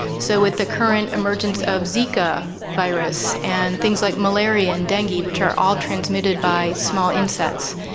so with the current emergence of zika virus and things like malaria and dengue, which are all transmitted by small insects,